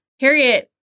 Harriet